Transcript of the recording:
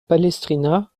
palestrina